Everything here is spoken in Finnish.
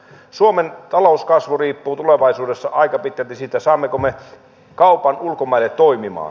suomen talouskasvu riippuu tulevaisuudessa aika pitkälti siitä saammeko me kaupan ulkomaille toimimaan